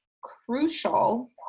crucial